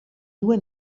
due